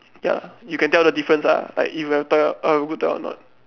ya you can tell the difference ah like if you have toy ah err good toy or not